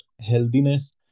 healthiness